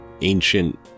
ancient